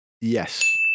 yes